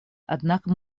однако